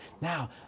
Now